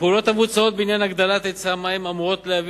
הפעולות המבוצעות בעניין הגדלת היצע המים אמורות להביא